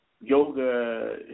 yoga